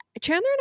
Chandler